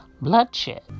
bloodshed